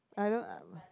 I don't